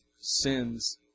sins